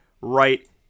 right